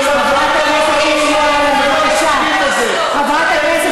למה אתם רוקדים על הדם 20 שנה, חברת הכנסת